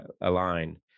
align